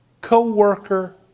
co-worker